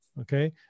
okay